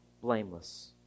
blameless